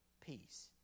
peace